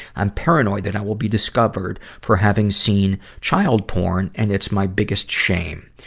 i'm paranoid that i will be discovered for having seen child porn, and it's my biggest shame.